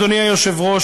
גברתי היושבת-ראש,